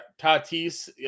Tatis